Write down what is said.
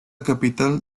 capital